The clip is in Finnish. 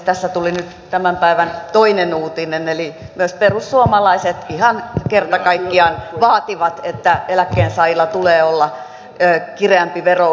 tässä tuli nyt tämän päivän toinen uutinen eli myös perussuomalaiset ihan kerta kaikkiaan vaativat että eläkkeensaajilla tulee olla kireämpi verotus kuin palkansaajilla